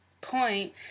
point